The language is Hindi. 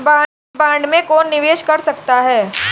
इस बॉन्ड में कौन निवेश कर सकता है?